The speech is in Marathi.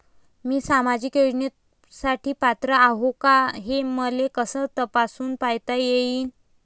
मी सामाजिक योजनेसाठी पात्र आहो का, हे मले कस तपासून पायता येईन?